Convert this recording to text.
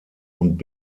und